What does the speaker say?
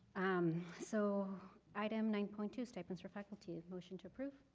um so items nine point two, stipends for faculty, motion to approve?